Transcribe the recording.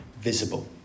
visible